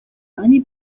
ani